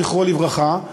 זכרו לברכה,